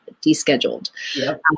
descheduled